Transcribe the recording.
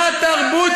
אתה לא מכיר את,